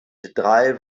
drei